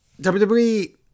WWE